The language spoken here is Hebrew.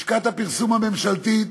לשכת הפרסום הממשלתית